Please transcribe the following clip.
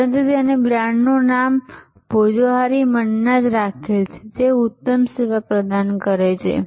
પરંતુ તેનું બ્રાન્ડ નું નામ ભોજોહારી મન્ના જ રાખેલ છે જે ઉત્તમ સેવા પ્રદાન કરે છે